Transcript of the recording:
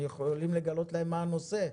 יכולים לגלות להם מה הנושא?